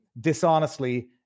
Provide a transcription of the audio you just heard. dishonestly